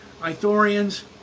Ithorians